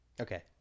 Okay